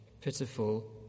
pitiful